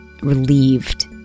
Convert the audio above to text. relieved